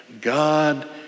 God